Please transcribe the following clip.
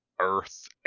earth